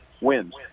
wins